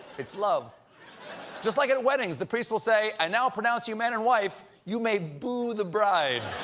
it's love just like at weddings the priest will say i now pronounce you man and wife, you may boo the bride.